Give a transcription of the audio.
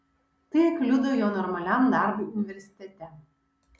tai kliudo jo normaliam darbui universitete